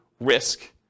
risk